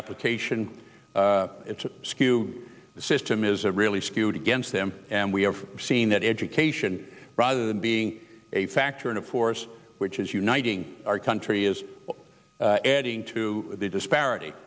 application to skew the system is a really skewed against them and we have seen that education rather than being a factor in a force which is uniting our country is adding to the disparity